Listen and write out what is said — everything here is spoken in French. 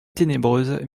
ténébreuses